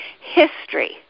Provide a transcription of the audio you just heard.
history